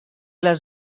les